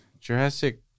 Jurassic